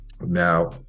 now